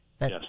Yes